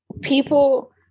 people